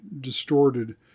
distorted